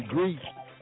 Greece